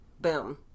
Boom